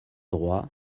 droit